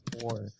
four